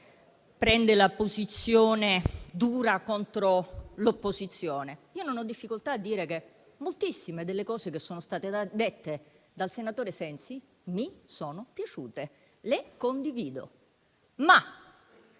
prendono una posizione dura contro l'opposizione. Non ho difficoltà a dire che moltissime delle cose che sono state dette dal senatore Sensi mi sono piaciute e le condivido.